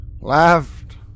laughed